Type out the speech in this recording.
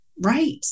Right